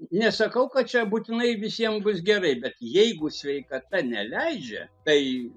nesakau kad čia būtinai visiem bus gerai bet jeigu sveikata neleidžia tai